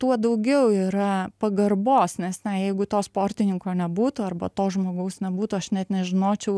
tuo daugiau yra pagarbos nes na jeigu to sportininko nebūtų arba to žmogaus nebūtų aš net nežinočiau